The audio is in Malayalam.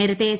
നേരത്തെ എസ്